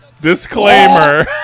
Disclaimer